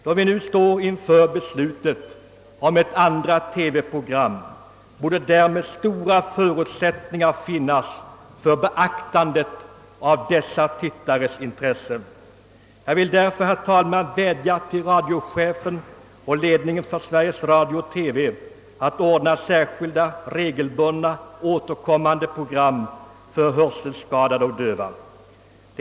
Då vi nu står inför beslutet om ett andra TV-program, borde därmed stora förutsättningar finnas att beakta dessa tittares intressen. Jag vill därför vädja till radiochefen och ledningen för Sveriges Radio-TV att ordna särskilda, regelbundet återkommande program för hörselskadade och döva.